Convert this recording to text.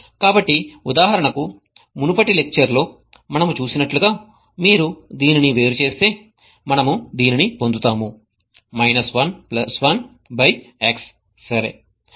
కాబట్టి ఉదాహరణకు మునుపటి లెక్చర్ లో మనము చూసినట్లుగా మీరు దీనిని వేరు చేస్తే మనము దీనిని పొందుతాము 11 బై x సరే